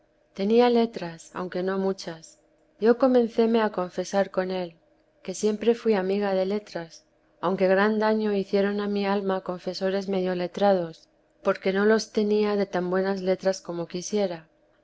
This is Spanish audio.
tenía letras aunque no muchas yo comencéme a confesar con él que siempre fui amiga de letras aunque gran daño hicieron a mi alma confesores medio letrados porque no los tenía de tan buenas letras como quisiera